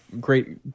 Great